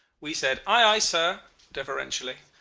we said, ay, ay, sir deferentially,